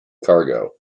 cargo